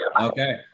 Okay